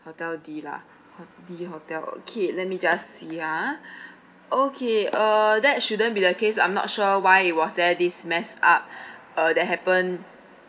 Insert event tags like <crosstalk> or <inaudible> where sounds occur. hotel D lah <breath> hotel D hotel okay let me just see ah <breath> okay uh that shouldn't be the case I'm not sure why it was there this messed up <breath> that happened